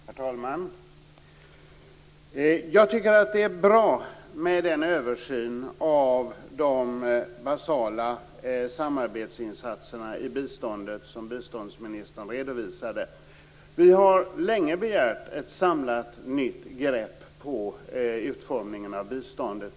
Herr talman! Jag tycker att den översyn av de basala samarbetsinsatserna i biståndet som biståndsministern redovisade är bra. Vi har länge begärt ett samlat nytt grepp på utformningen av biståndet.